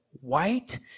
white